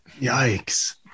yikes